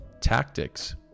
Tactics